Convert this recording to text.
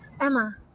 Emma